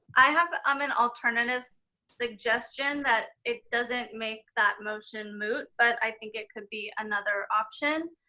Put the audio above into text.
i have um an alternative suggestion that it doesn't make that motion moot, but i think it could be another option.